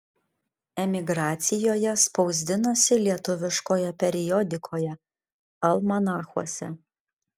emigracijoje spausdinosi lietuviškoje periodikoje almanachuose